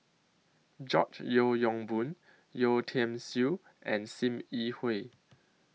George Yeo Yong Boon Yeo Tiam Siew and SIM Yi Hui